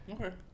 okay